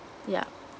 yup